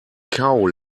cow